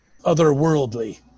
otherworldly